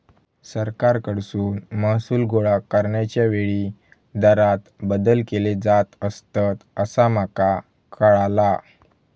सरकारकडसून महसूल गोळा करण्याच्या वेळी दरांत बदल केले जात असतंत, असा माका कळाला